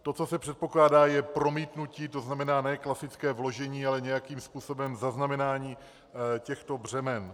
To, co se předpokládá, je promítnutí, tzn. ne klasické vložení, ale nějakým způsobem zaznamenání těchto břemen.